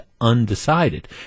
undecided